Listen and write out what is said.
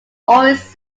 always